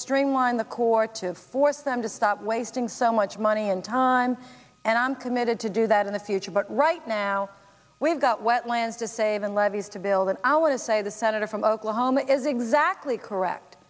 streamline the court to force them to stop wasting so much money and time and i'm committed to do that in the future but right now we've got wetlands to save and levees to build an hour to say the senator from oklahoma is exactly correct